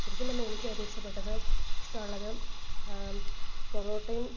ശരിക്കും പറഞ്ഞാൽ എനിക്ക് ഏറ്റവും ഇഷ്ടപ്പെട്ടത് ഇഷ്ടമുള്ളത് പൊറോട്ടയും